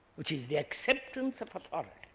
which is the acceptance of authority.